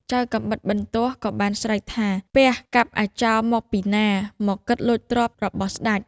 ចៅកាំបិតបន្ទោះក៏បានស្រែកថា "ពះ! កាប់អាចោរមកពីណា មកគិតលួចទ្រព្យរបស់ស្ដេច"។